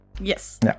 Yes